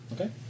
Okay